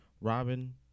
Robin